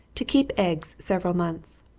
to keep eggs several months.